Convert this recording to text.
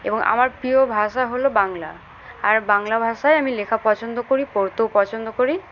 এবং আমার প্রিয় ভাষা হলো বাংলা আর বাংলা ভাষায় আমি লেখা পছন্দ করি পড়তেও পছন্দ করি